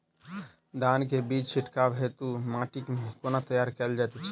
धान केँ बीज छिटबाक हेतु माटि केँ कोना तैयार कएल जाइत अछि?